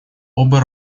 оба